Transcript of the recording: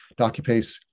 DocuPace